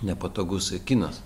nepatogus kinas